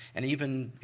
and even, you